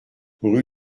rue